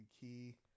Key